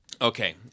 Okay